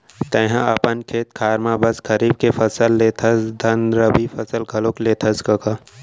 तैंहा अपन खेत खार म बस खरीफ के फसल लेथस धन रबि फसल घलौ लेथस कका?